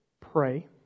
pray